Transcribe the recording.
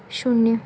शून्य